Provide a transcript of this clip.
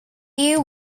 you